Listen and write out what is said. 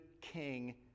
king